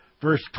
verse